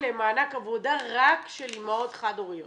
רק של אימהות חד הוריות.